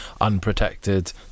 unprotected